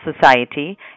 Society